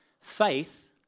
Faith